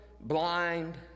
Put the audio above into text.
blind